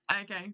Okay